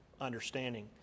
understanding